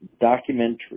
documentary